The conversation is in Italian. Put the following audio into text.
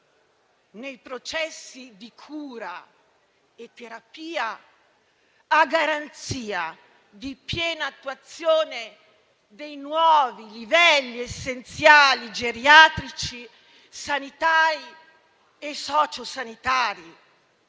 nei processi di cura e terapia. Ciò a garanzia di piena attuazione dei nuovi livelli essenziali geriatrici sanitari e socio sanitari,